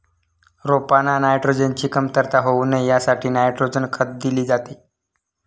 रोपांना नायट्रोजनची कमतरता होऊ नये यासाठी नायट्रोजन खत दिले जाते